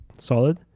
Solid